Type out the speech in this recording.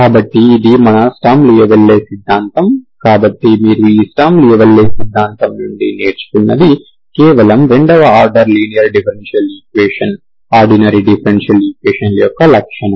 కాబట్టి ఇది మన స్టర్మ్ లియోవిల్లే సిద్ధాంతం కాబట్టి మీరు ఈ స్టర్మ్ లియోవిల్లే సిద్ధాంతం నుండి నేర్చుకునేది కేవలం రెండవ order linear differential equation ordinary differential equations యొక్క లక్షణం